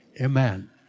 Amen